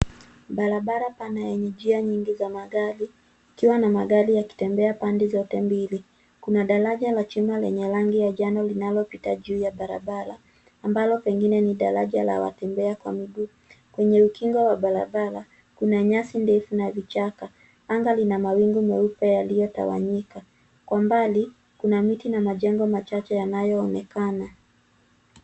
Barabara pana yenye njia nyingi za magari, ikiwa na magari yakitembea pande zote mbili. Kuna daraja la chuma lenye rangi ya njano linalopita juu ya barabara, ambalo pengine ni daraja la watembea kwa miguu. Kwenye ukingo wa barabara, kuna nyasi ndefu na vichaka. Anga lina mawingu meupe yaliyotawanyika. Kwa mbali, kuna miti na majengo machache yanayoonekana.